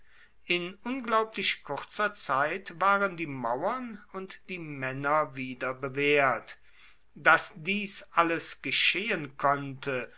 in unglaublich kurzer zeit waren die mauern und die männer wieder bewehrt daß dies alles geschehen konnte